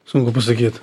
sunku pasakyt